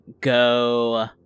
go